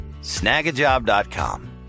snagajob.com